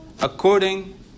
according